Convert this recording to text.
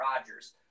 Rodgers